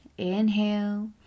inhale